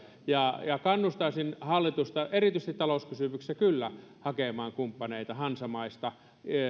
kannustaisin kyllä hallitusta erityisesti talouskysymyksissä hakemaan kumppaneita hansamaista